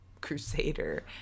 crusader